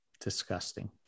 Disgusting